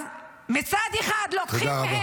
תודה רבה.